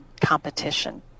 competition